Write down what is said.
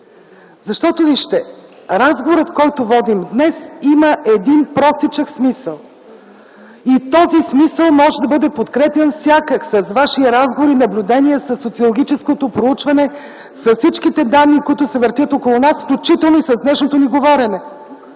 вярно. Вижте, разговорът, който водим днес, има един простичък смисъл. Този смисъл може да бъде подкрепян всякак – с ваши разговори, наблюдения, със социологическото проучване, с всичките данни, които се въртят около нас, включително и с днешното ни говорене.